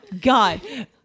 God